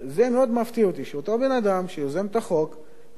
זה מאוד מפתיע אותי שאותו בן-אדם שיוזם את החוק מגיע